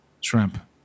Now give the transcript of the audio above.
shrimp